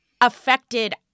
affected